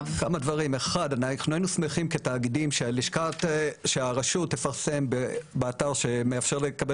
היינו שמחים כתאגידים שהרשות תפרסם באתר שמאפשר לקבל